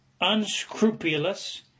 unscrupulous